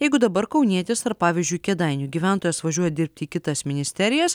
jeigu dabar kaunietis ar pavyzdžiui kėdainių gyventojas važiuoja dirbti į kitas ministerijas